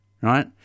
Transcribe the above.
right